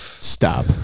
Stop